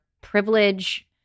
privilege